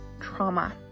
Trauma